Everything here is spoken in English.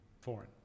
foreign